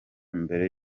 mbere